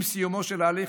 עם סיומו של ההליך,